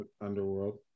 Underworld